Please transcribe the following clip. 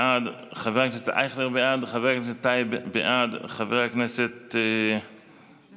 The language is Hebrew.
בעד, חבר הכנסת אייכלר, בעד, חבר הכנסת טייב,